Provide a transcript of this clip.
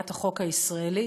פריעת החוק הישראלי,